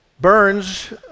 Burns